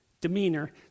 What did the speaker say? demeanor